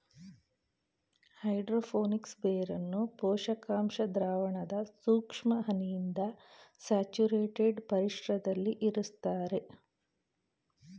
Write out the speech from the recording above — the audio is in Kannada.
ಹೈಡ್ರೋ ಫೋನಿಕ್ಸ್ ಬೇರನ್ನು ಪೋಷಕಾಂಶ ದ್ರಾವಣದ ಸೂಕ್ಷ್ಮ ಹನಿಯಿಂದ ಸ್ಯಾಚುರೇಟೆಡ್ ಪರಿಸರ್ದಲ್ಲಿ ಇರುಸ್ತರೆ